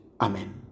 Amen